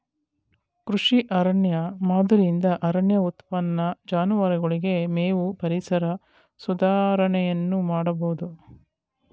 ಕೃಷಿ ಅರಣ್ಯ ಮಾದರಿಯಿಂದ ಅರಣ್ಯ ಉತ್ಪನ್ನ, ಜಾನುವಾರುಗಳಿಗೆ ಮೇವು, ಪರಿಸರ ಸುಧಾರಣೆಯನ್ನು ಮಾಡಬೋದು